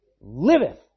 Liveth